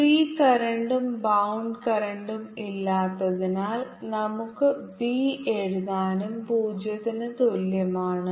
free കറന്റും bound കറന്റും ഇല്ലാത്തതിനാൽ നമുക്ക് ബി എഴുതാനും 0 ന് തുല്യമാണ്